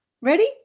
Ready